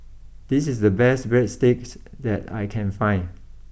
this is the best Breadsticks that I can find